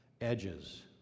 edges